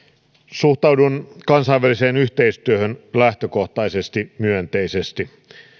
suhtaudun kansainväliseen yhteistyöhön lähtökohtaisesti myönteisesti